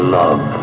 love